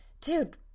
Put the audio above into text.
dude